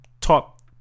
top